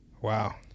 Wow